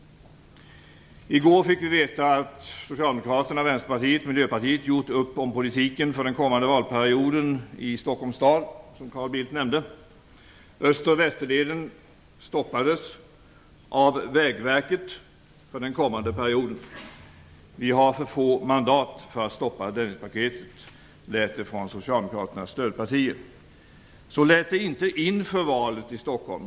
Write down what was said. I går fick vi veta att Socialdemokraterna, Vänsterpartiet och Miljöpartiet gjort upp om politiken för den kommande valperioden i Stockholms stad, som Carl Bildt nämnde. Öster och Västerleden stoppades av Vägverket för den kommande perioden. "Vi har för få mandat för att stoppa Dennispaketet" lät det från Socialdemokraternas stödpartier. Så lät det inte inför valet i Stockholm.